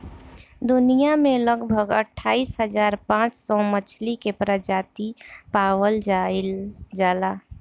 दुनिया में लगभग अठाईस हज़ार पांच सौ मछली के प्रजाति पावल जाइल जाला